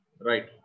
right